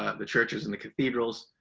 ah the churches in the cathedrals.